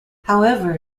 however